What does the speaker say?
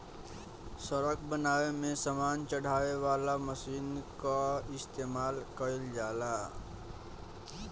सड़क बनावे में सामान चढ़ावे वाला मशीन कअ इस्तेमाल कइल जाला